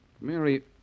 Mary